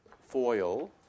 foil